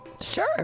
Sure